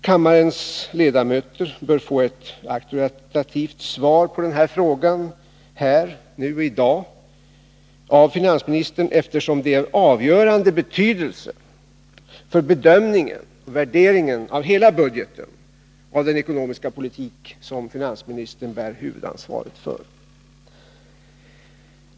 Kammarens ledamöter bör få ett auktoritativt svar på den frågan här, nu i dag, av finansministern, eftersom det är av avgörande betydelse för bedömningen och värderingen av hela budgeten och av den ekonomiska politiken, som finansministern bär huvudansvaret för.